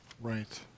Right